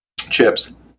chips